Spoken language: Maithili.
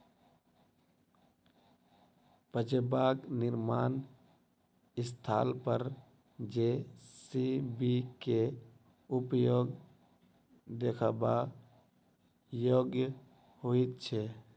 पजेबाक निर्माण स्थल पर जे.सी.बी के उपयोग देखबा योग्य होइत छै